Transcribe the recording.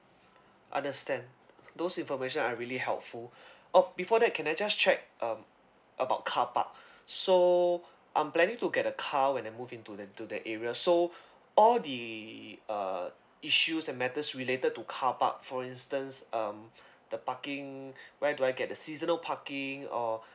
understand those information are really helpful oh before that can I just check um about carpark so I'm planning to get a car when I move in to that to that area so all the uh issues and matters related to carpark for instance um the parking where do I get the seasonal parking or